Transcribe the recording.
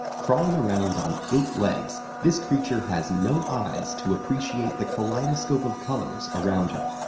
crawling around on eight legs, this creature has no eyes to appreciate the kaleidoscope of colors around her.